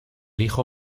hijo